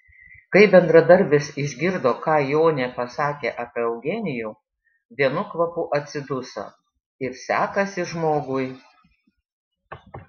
kai bendradarbės išgirdo ką jonė pasakė apie eugenijų vienu kvapu atsiduso ir sekasi žmogui